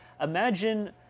imagine